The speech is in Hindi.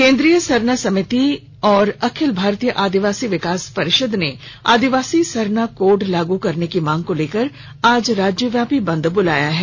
केंद्रीय सरना समिति एवं अखिल भारतीय आदिवासी विकास परिषद ने आदिवासी सरना कोड लागू करने की मांग को लेकर आज राज्यव्यापी बंद बुलाया है